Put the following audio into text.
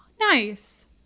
Nice